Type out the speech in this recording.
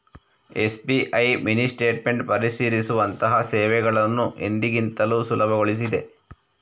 SBI mini statement ಪರಿಶೀಲಿಸುವಂತಹ ಸೇವೆಗಳನ್ನು ಎಂದಿಗಿಂತಲೂ ಸುಲಭಗೊಳಿಸಿದೆ